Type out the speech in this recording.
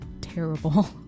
terrible